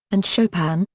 and chopin,